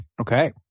Okay